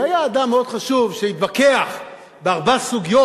היה אדם מאוד חשוב שהתווכח בארבע סוגיות.